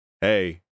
Hey